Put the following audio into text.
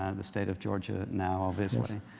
and the state of georgia now obviously.